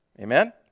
Amen